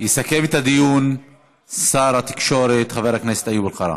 יסכם את הדיון שר התקשורת חבר הכנסת איוב קרא.